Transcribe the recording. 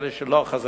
אלה שלא חזקים.